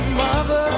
mother